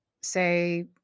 say